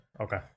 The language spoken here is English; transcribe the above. Okay